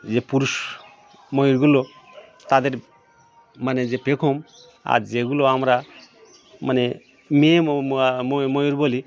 যে পুরুষ ময়ূরগুলো তাদের মানে যে পেখম আর যেগুলো আমরা মানে মেয়ে ময়ূর বলি